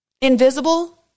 Invisible